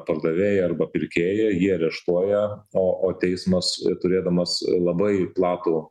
pardavėją arba pirkėją jį areštuoja o o teismas turėdamas labai platų